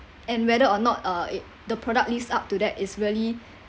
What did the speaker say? and whether or not uh the product lives up to that is really